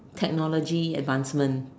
technology advancement